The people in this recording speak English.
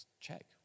check